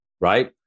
right